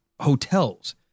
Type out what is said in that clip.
hotels